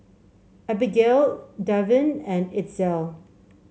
Abigale Davin and Itzel